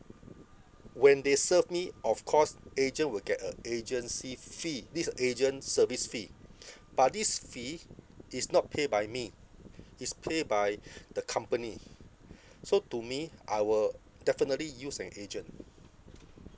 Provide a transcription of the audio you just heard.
when they serve me of course agent will get a agency fee this agent service fee but this fee is not pay by me is pay by the company so to me I will definitely use an agent